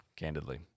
Candidly